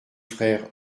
frères